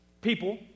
People